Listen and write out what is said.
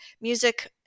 music